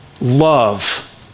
love